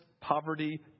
poverty